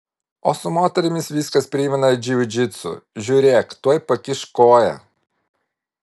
o su moterimis viskas primena džiudžitsu žiūrėk tuoj pakiš koją